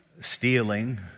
stealing